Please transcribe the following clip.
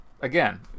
again